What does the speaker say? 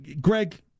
Greg